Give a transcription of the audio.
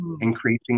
increasing